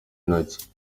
intoki